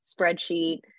spreadsheet